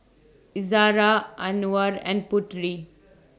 Izzara Anuar and Putri